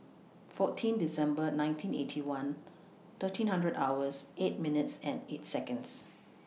fourteen December nineteen Eighty One thirteen hundred hours eight minutes and eight Seconds